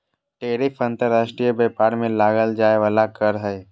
tariff अंतर्राष्ट्रीय व्यापार में लगाल जाय वला कर हइ